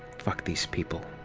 fuck these people.